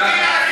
הוא ענה לי.